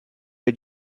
had